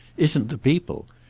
isn't the people.